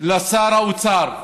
לשר האוצר,